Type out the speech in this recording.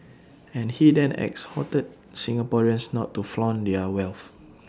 and he then exhorted Singaporeans not to flaunt their wealth